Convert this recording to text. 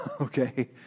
okay